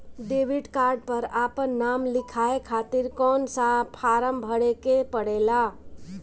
Debit card पर आपन नाम लिखाये खातिर कौन सा फारम भरे के पड़ेला?